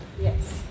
Yes